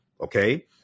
okay